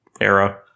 era